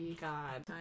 God